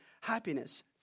happiness